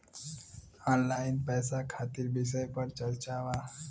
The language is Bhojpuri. ऑनलाइन पैसा खातिर विषय पर चर्चा वा?